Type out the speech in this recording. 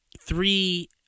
three